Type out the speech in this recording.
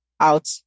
out